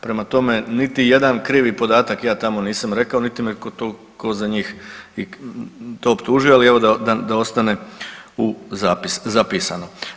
Prema tome, niti jedan krivi podatak ja tamo nisam rekao niti me to tko za njih i to optužio, ali evo, da ostane u zapis, zapisano.